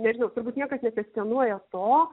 nežinau turbūt niekas nekvestionuoja to